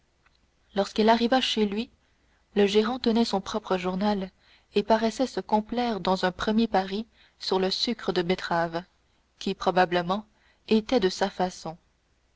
lorsqu'il arriva chez lui le gérant tenait son propre journal et paraissait se complaire dans un premier paris sur le sucre de betterave qui probablement était de sa façon